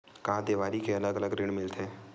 का देवारी के अलग ऋण मिलथे?